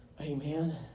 Amen